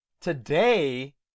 Today